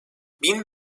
bin